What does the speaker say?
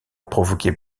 provoqué